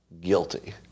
guilty